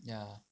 ya